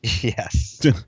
Yes